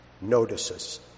notices